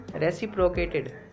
reciprocated